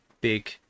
big